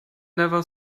never